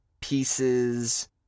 pieces